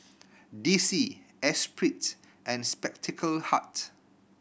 D C Esprit and Spectacle Hut